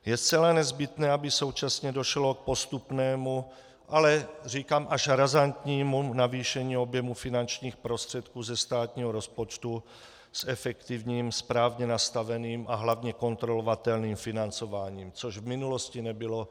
Je zcela nezbytné, aby současně došlo k postupnému, ale říkám, až razantnímu navýšení objemu finančních prostředků ze státního rozpočtu s efektivním, správně nastaveným a hlavně kontrolovatelným financováním, což v minulosti nebylo.